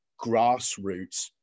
grassroots